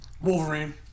Wolverine